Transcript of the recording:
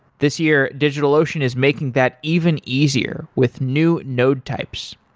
this year, digitalocean is making that even easier with new node types.